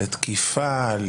לתקיפה,